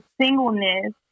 singleness